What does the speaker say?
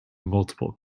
multiple